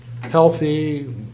healthy